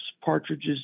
Partridge's